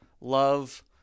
love